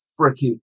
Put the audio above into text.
freaking